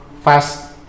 fast